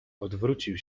odwrócił